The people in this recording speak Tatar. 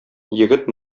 егет